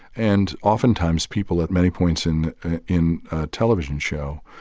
and oftentimes people at many points in in a television show,